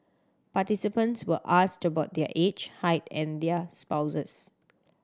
participants were asked about their age height and their spouses